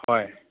ꯍꯣꯏ